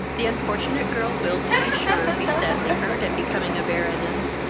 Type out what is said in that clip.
the unfortunate girl will, to be sure, be sadly hurt at becoming a baroness,